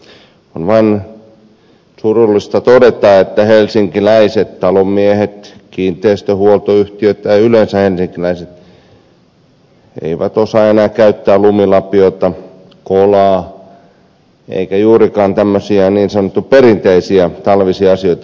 on vain surullista todeta että helsinkiläiset talonmiehet kiinteistöhuoltoyhtiöt tai yleensä helsinkiläiset eivät osaa enää käyttää lumilapiota kolaa eivätkä juurikaan tehdä tämmöisiä niin sanottuja perinteisiä talvisia asioita